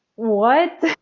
what?